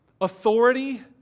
authority